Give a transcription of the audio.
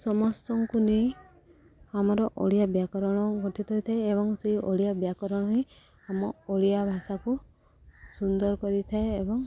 ସମସ୍ତଙ୍କୁ ନେଇ ଆମର ଓଡ଼ିଆ ବ୍ୟାକରଣ ଗଠିତ ହେଇଥାଏ ଏବଂ ସେଇ ଓଡ଼ିଆ ବ୍ୟାକରଣ ହିଁ ଆମ ଓଡ଼ିଆ ଭାଷାକୁ ସୁନ୍ଦର କରିଥାଏ ଏବଂ